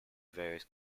various